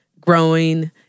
growing